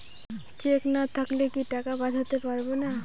Check না থাকলে কি টাকা পাঠাতে পারবো না?